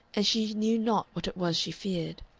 and she knew not what it was she feared.